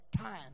time